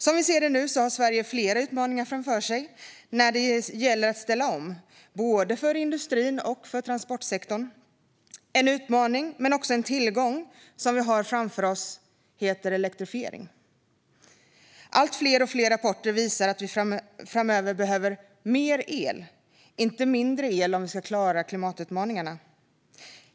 Som vi ser det nu har Sverige flera utmaningar framför sig när det gäller att ställa om, både i industrin och i transportsektorn. En utmaning men också en tillgång som vi har framför oss är elektrifiering. Fler och fler rapporter visar att vi framöver behöver mer el, inte mindre, om vi ska klara klimatutmaningarna.